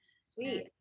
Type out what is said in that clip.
Sweet